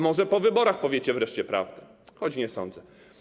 Może po wyborach powiecie wreszcie prawdę, choć nie sądzę.